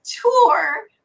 Tour